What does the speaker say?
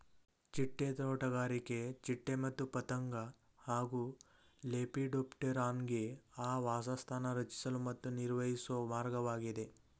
ಚಿಟ್ಟೆ ತೋಟಗಾರಿಕೆ ಚಿಟ್ಟೆ ಮತ್ತು ಪತಂಗ ಹಾಗೂ ಲೆಪಿಡೋಪ್ಟೆರಾನ್ಗೆ ಆವಾಸಸ್ಥಾನ ರಚಿಸಲು ಮತ್ತು ನಿರ್ವಹಿಸೊ ಮಾರ್ಗವಾಗಿದೆ